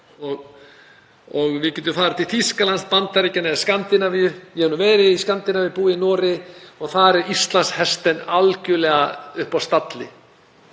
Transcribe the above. Við getum farið til Þýskalands, Bandaríkjanna eða Skandinavíu. Ég hef nú verið í Skandinavíu, búið í Noregi og þar er Islandshesten algjörlega uppi á stalli.